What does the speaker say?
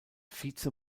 vize